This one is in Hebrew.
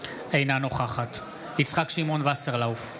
אינה נוכחת יצחק שמעון וסרלאוף,